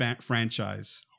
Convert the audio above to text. franchise